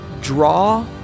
Draw